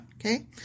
Okay